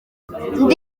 ndi